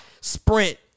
sprint